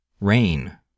rain